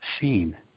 seen